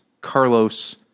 Carlos